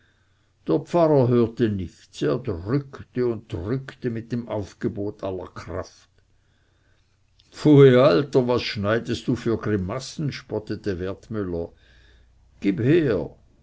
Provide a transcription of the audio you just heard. der pfarrer hörte nichts er drückte und drückte mit dem aufgebot aller kraft pfui alter was schneidest du für grimassen spottete wertmüller gib her